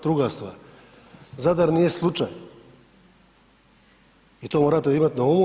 Druga stvar, Zadar nije slučaj i to morate imati na umu.